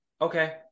okay